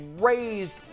raised